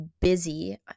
busy